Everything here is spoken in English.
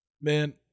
Man